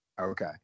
Okay